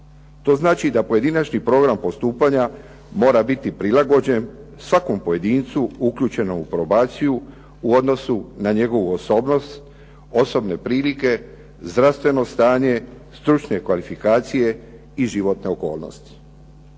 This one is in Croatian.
To znači da pojedinačni program postupanja mora biti prilagođen svakom pojedincu uključenom u probaciju u odnosu na njegovu osobnost, osobne prilike, zdravstveno stanje, stručne kvalifikacije i životne okolnosti.